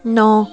ਨੌ